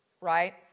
right